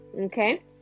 okay